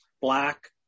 black